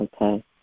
okay